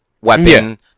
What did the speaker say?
weapon